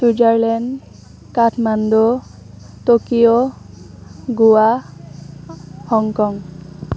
Switzerland Kathmandu Tokyo Goa